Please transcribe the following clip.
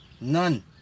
None